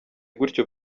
gutyo